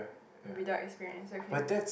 without experience is okay